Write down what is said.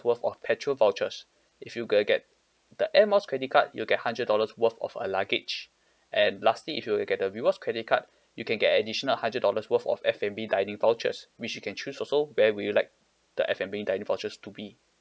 worth of petrol vouchers if you gonna get the Air Miles credit card you'll get hundred dollars worth of a luggage and lastly if you were to get the rewards credit card you can get additional hundred dollars worth of F&B dining vouchers which you can choose also where will you like the F&B dining vouchers to be